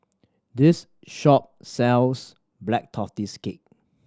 this shop sells Black Tortoise Cake